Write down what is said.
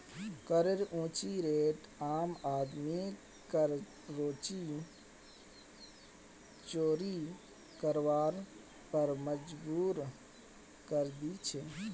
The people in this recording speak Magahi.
करेर ऊँची रेट आम आदमीक कर चोरी करवार पर मजबूर करे दी छे